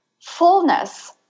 fullness